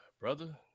Brother